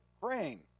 grain